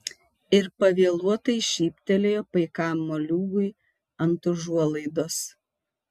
ir pavėluotai šyptelėjo paikam moliūgui ant užuolaidos